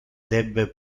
debe